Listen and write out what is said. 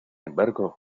embargo